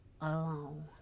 alone